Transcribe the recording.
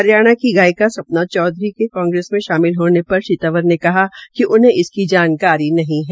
हरियाणा की गायिका साना चौधरी के कांग्रेस में शामिल होने र श्री तंवर ने कहा कि उन्हें इसकी जानकारी नहीं है